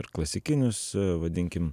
ir klasikinius vadinkim